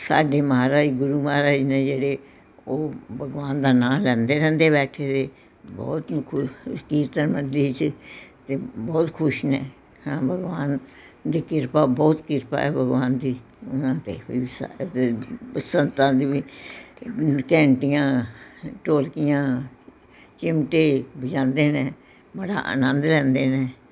ਸਾਡੇ ਮਹਾਰਾਜ ਗੁਰੂ ਮਹਾਰਾਜ ਨੇ ਜਿਹੜੇ ਉਹ ਭਗਵਾਨ ਦਾ ਨਾਮ ਲੈਂਦੇ ਰਹਿੰਦੇ ਬੈਠੇ ਜੀ ਬਹੁਤ ਖੁ ਕੀਰਤਨ ਮੰਡਲੀ 'ਚ ਅਤੇ ਬਹੁਤ ਖੁਸ਼ ਨੇ ਹਾਂ ਭਗਵਾਨ ਦੀ ਕਿਰਪਾ ਬਹੁਤ ਕਿਰਪਾ ਹੈ ਭਗਵਾਨ ਦੀ ਉਹਨਾਂ 'ਤੇ ਸੰਤਾਂ ਦੀ ਵੀ ਘੰਟੀਆਂ ਢੋਲਕੀਆਂ ਚਿਮਟੇ ਵਜਾਉਂਦੇ ਨੇ ਬੜਾ ਆਨੰਦ ਲੈਂਦੇ ਨੇ